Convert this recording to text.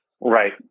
Right